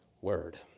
word